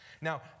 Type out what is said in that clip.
Now